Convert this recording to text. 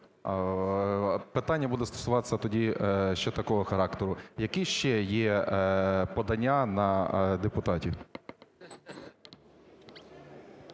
Питання буде стосуватися тоді ще такого характеру. Які ще є подання на депутатів?